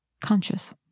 conscious